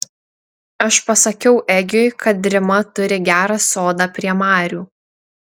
aš pasakiau egiui kad rima turi gerą sodą prie marių